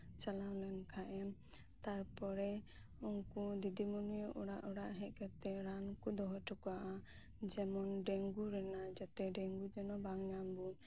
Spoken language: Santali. ᱪᱟᱞᱟᱣ ᱞᱮᱱᱠᱷᱟᱡ ᱮᱢ ᱛᱟᱨᱯᱚᱨᱮ ᱩᱱᱠᱩ ᱫᱤᱫᱤᱢᱚᱱᱤ ᱚᱲᱟᱜ ᱚᱲᱟᱜ ᱦᱮᱡ ᱠᱟᱛᱮᱜ ᱨᱟᱱ ᱠᱚ ᱫᱚᱦᱚ ᱦᱚᱴᱚ ᱠᱟᱜᱼᱟ ᱰᱮᱝᱜᱩ ᱨᱮᱱᱟᱜ ᱡᱟᱛᱮ ᱰᱮᱝᱜᱩ ᱵᱟᱝ ᱧᱟᱢ ᱵᱚᱱ